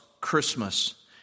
Christmas